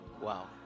wow